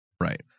Right